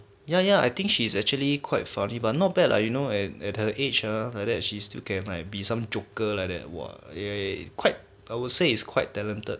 ya ya I think she's actually quite funny but not bad lah you know at her age ah like that she still gave my be some joker like that !wah! eh eh quite I would say is quite talented